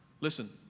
listen